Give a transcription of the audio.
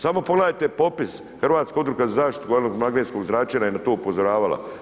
Samo pogledajte popis, Hrvatska udruga za zaštitu od magnetskog zračenja je na to upozoravala.